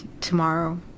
tomorrow